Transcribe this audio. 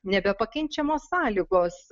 nebepakenčiamos sąlygos